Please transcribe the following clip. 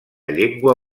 llengua